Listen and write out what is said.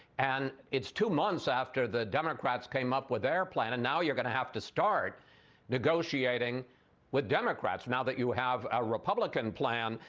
and it's two months after the democrats came up with their plan and now you're going to have to start negotiating with democrats now that you have a republican plan,